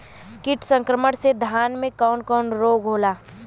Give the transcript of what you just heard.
कीट संक्रमण से धान में कवन कवन रोग होला?